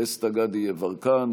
דסטה גדי יברקן,